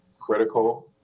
critical